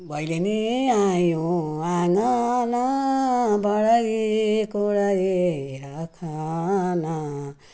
भैलेनी आयौँ आँगन बढारी कुँढारी राख न